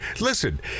listen